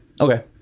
Okay